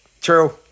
True